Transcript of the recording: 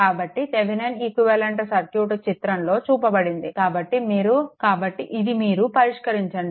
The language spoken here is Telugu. కాబట్టి థెవెనిన్ ఈక్వివలెంట్ సర్క్యూట్ చిత్రంలో చూపబడింది కాబట్టి ఇది మీరు పరిష్కరించండి